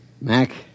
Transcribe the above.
Mac